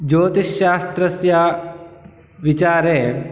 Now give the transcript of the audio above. ज्योतिश्शास्त्रस्य विचारे